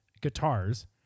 guitars